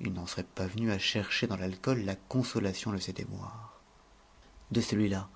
il n'en serait pas venu à chercher dans l'alcool la consolation de ses déboires de celui-là